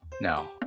no